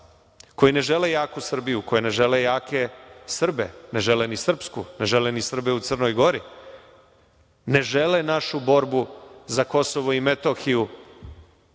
koji ne žele jaku Srbiju, koji ne žele jake Srbe, ne žele ni Srpsku, ne žele ni Srbe u Crnoj Gori, ne žele našu borbu za KiM,